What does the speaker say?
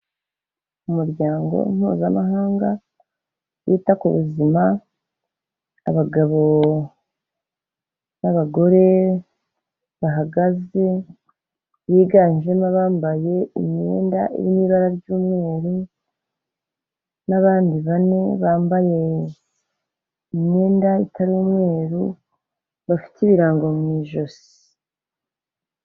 Umuryango Mpuzamahanga wita ku buzima, abagabo n'abagore bahagaze, biganjemo abambaye imyenda irimo ibara ry'umweru n'abandi bane bambaye imyenda itari umweru bafite ibirango mu ijosi.